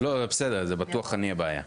בטוח אני הבעיה.